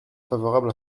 favorable